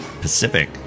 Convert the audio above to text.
Pacific